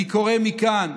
אני קורא מכאן,